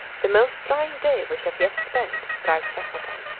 the most trying day we have yet spent, writes shackleton,